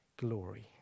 glory